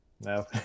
No